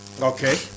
okay